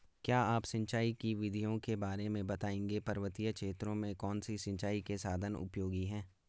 क्या आप सिंचाई की विधियों के बारे में बताएंगे पर्वतीय क्षेत्रों में कौन से सिंचाई के साधन उपयोगी हैं?